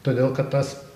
todėl kad tas